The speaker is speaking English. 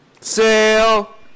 sale